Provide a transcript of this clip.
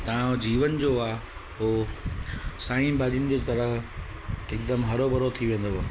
तव्हांजो जीवन जो आहे उहो साई भाॼियुनि जे तराहं हिकदमि हरो भरो थी वेंदव